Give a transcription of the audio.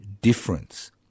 difference